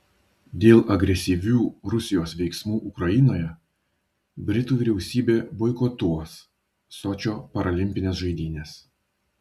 dėl agresyvių rusijos veiksmų ukrainoje britų vyriausybė boikotuos sočio paralimpines žaidynes